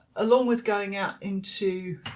along with going out into